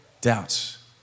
doubts